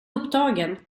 upptagen